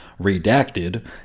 Redacted